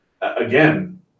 again